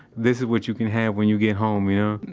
this is what you can have when you get home you know?